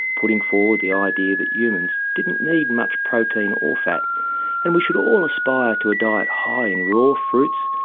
putting forward the idea that humans didn't need much protein or fat and we should all aspire to a diet high in raw fruits,